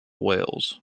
wales